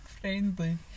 friendly